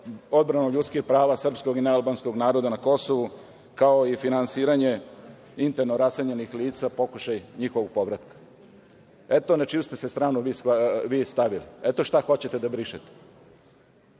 odbranu ljudskih prava srpskog i nealbanskog naroda na Kosovu, kao i finansiranje interno raseljenih lica, pokušaj njihovog povratka. Eto, na čiju ste se stranu vi stavili. Eto šta hoćete da brišete.